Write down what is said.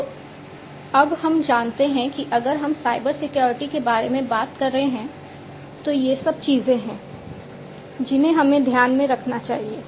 तो अब हम जानते हैं कि अगर हम साइबर सिक्योरिटी के बारे में बात कर रहे हैं तो ये सब चीजें हैं जिन्हें हमें ध्यान में रखना चाहिए